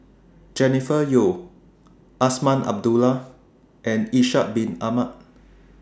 Jennifer Yeo Azman Abdullah and Ishak Bin Ahmad